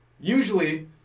usually